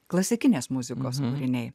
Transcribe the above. klasikinės muzikos kūriniai